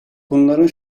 bunların